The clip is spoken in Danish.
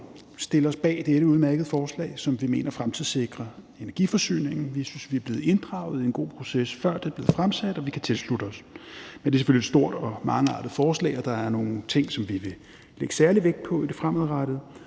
stille os bag dette udmærkede forslag, som vi mener fremtidssikrer energiforsyningen. Vi synes, vi er blevet inddraget i en god proces, før det blev fremsat, og vi kan tilslutte os det. Men det er selvfølgelig et stort og mangeartet forslag, og der er nogle ting, som vi vil lægge særlig vægt på i det fremadrettede.